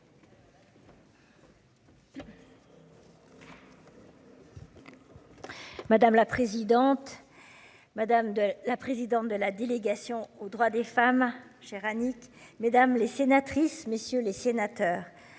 Madame la présidente. Madame la présidente de la délégation aux droits des femmes cher Annick mesdames les sénatrices messieurs les sénateurs.